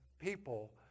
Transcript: people